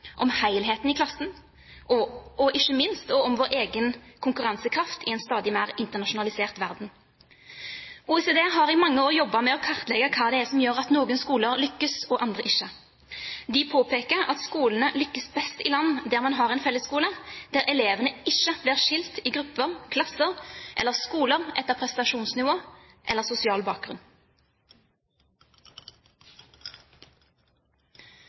om helheten i klassen og ikke minst om vår egen konkurransekraft i en stadig mer internasjonalisert verden. OECD har i mange år jobbet med å kartlegge hva det er som gjør at noen skoler lykkes og andre ikke. De påpeker at skolene lykkes best i land der man har en fellesskole, der elevene ikke blir skilt i grupper, klasser eller skoler etter prestasjonsnivå eller sosial bakgrunn.